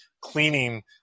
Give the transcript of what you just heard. cleaning